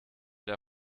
der